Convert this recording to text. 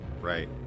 right